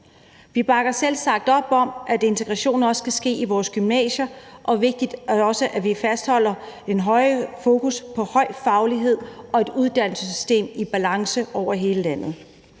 Vi bakker selvsagt op om, at integration også skal ske i vores gymnasier, og at det også er vigtigt, at vi fastholder det høje fokus på høj faglighed og et uddannelsessystem i balance over hele landet.